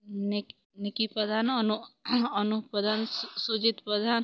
Nick Niki Pradhan ଅନୁ ଅନୁପ୍ ପ୍ରଧାନ ସୁଜିତ୍ ପ୍ରଧାନ